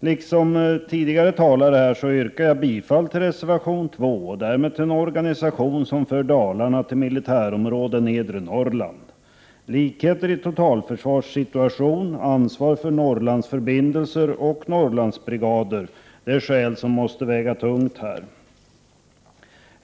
Liksom tidigare talare yrkar jag bifall till reservation 2 och därmed till en organisation som för Dalarna till militärområde Nedre Norrland. Likheter i totalförsvarssituation, ansvar för Norrlandsförbindelser och Norrlandsbrigader är skäl som måste väga tungt i detta sammanhang.